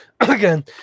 again